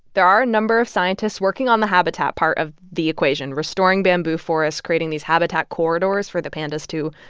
there are a number of scientists working on the habitat part of the equation, restoring bamboo forests, creating these habitat corridors for the pandas to,